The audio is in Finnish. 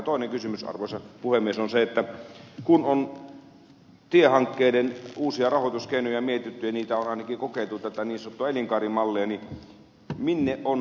toinen kysymys arvoisa puhemies on se että kun on tiehankkeiden uusia rahoituskeinoja mietitty ja niitä on ainakin kokeiltu tätä niin sanottua elinkaarimallia niin minne on hävinnyt se innovaatio